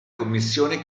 commissione